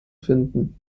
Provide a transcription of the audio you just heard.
finden